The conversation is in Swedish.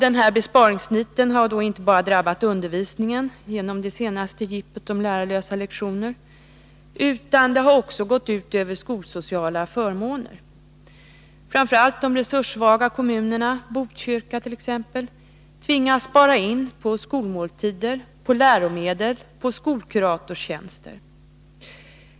Detta besparingsnit har inte bara drabbat undervisningen genom det senaste jippot med lärarlösa lektioner, utan det har också gått ut över skolsociala förmåner. Framför allt resurssvaga kommuner, t.ex. Botkyrka, tvingas spara in på skolmåltider, läromedel och skolkuratorstjänster.